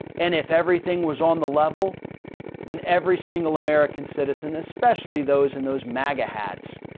and if everything was on the level than every single american citizen, especially those in those maga hats,